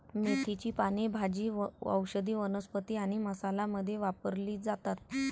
मेथीची पाने भाजी, औषधी वनस्पती आणि मसाला मध्ये वापरली जातात